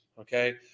okay